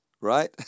Right